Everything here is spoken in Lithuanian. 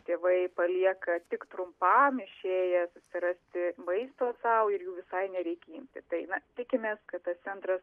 tėvai palieka tik trumpam išėję susirasti maisto sau ir jų visai nereik imti tai na tikimės kad tas centras